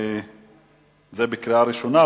זה לקריאה ראשונה,